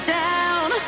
down